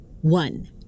One